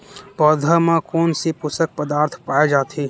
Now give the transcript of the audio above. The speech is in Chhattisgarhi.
पौधा मा कोन से पोषक पदार्थ पाए जाथे?